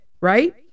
right